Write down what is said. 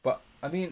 but I mean